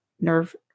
Nerve